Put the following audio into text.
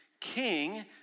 King